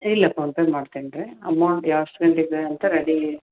ಇಲ್ಲ ಫೋನ್ಪೇ ಮಾಡ್ತೀನಿ ರೀ ಅಮೌಂಟ್ ಎಷ್ಟು ಗಂಟೆಗೆ ಅಂತ ರೆಡೀ